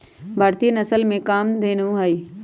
भारतीय नसल में गाय कामधेनु हई